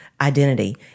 Identity